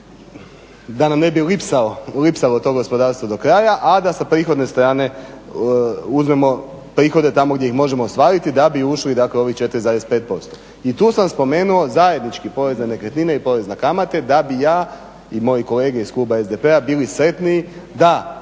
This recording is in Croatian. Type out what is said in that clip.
da nam ne bi lipsalo to gospodarstvo do kraja, a da sa prihodne strane uzmemo prihode tamo gdje ih možemo ostvariti, da bi ušli u ovih 4,5%. I tu sam spomenuo zajednički porez na nekretnine i porez na kamate, da bih ja i moji kolege iz kluba SDP-a bili sretniji da